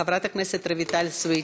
חברת הכנסת רויטל סויד,